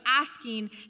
asking